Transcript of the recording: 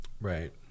Right